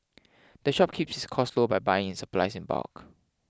the shop keeps its costs low by buying its supplies in bulk